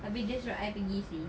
abeh dia suruh I pergi seh